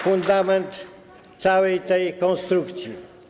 Fundament całej tej konstrukcji.